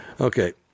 Okay